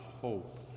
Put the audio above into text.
hope